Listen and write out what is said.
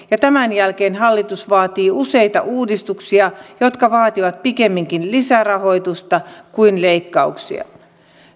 ja tämän jälkeen hallitus vaatii useita uudistuksia jotka vaativat pikemminkin lisärahoitusta kuin leikkauksia